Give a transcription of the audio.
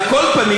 על כל פנים,